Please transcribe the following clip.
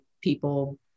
people